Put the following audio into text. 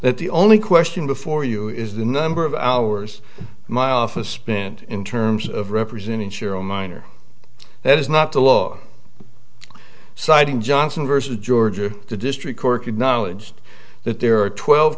that the only question before you is the number of hours my office spent in terms of representing sure on minor that is not the law citing johnson versus georgia to destry cork acknowledged that there are twelve